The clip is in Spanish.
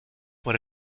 por